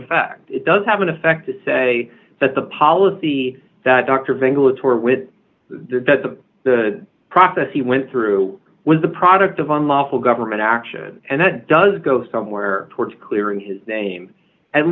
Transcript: effect it does have an effect to say that the policy that dr vinglish or with the the process he went through was the product of unlawful government action and that does go somewhere towards clearing his name at